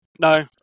No